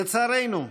לצערנו,